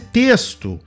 texto